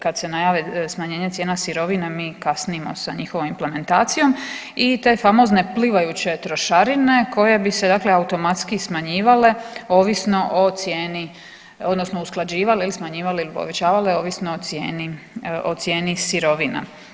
Kad se najave smanjenje cijena sirovina mi kasnimo sa njihovom implementacijom i te famozne plivajuće trošarine koje bi se automatski smanjivale ovisno o cijeni odnosno usklađivale ili smanjivale ili povećavale ovisno o cijeni sirovina.